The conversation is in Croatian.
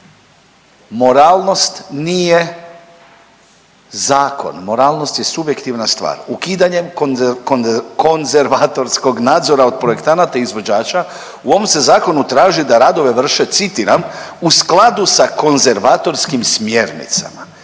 moralnost nije zakon, moralnost je subjektivna stvar. Ukidanjem konzervatorskog nadzora od projektanata i izvođača u ovom se zakonu traži da radove vrše citiram u skladu sa konzervatorskim smjernicama.